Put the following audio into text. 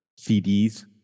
CDs